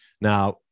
Now